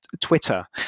Twitter